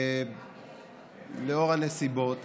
לאור הנסיבות.